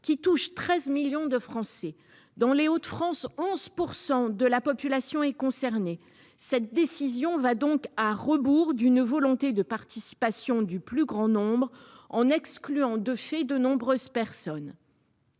qui touche 13 millions de Français. Dans les Hauts-de-France, 11 % de la population est concernée. Cette décision va donc à rebours d'une volonté de participation du plus grand nombre, en excluant de fait de nombreuses personnes.